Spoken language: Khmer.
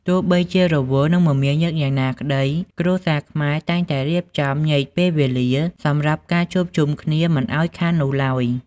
ទោះបីជារវល់ និងមមាញឹកយ៉ាងណាក្ដី គ្រួសារខ្មែរ តែងតែរៀបចំញែកពេលពេលវេលាសម្រាប់ការជួបជុំគ្នាមិនឱ្យខាននោះឡើយ។